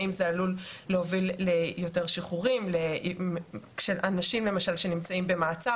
האם זה עלול להוביל ליותר שחרורים של אנשים שנמצאים במעצר למשל,